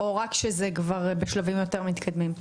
או רק כשזה כבר בשלבים יותר מתקדמים?